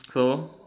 so